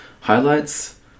highlights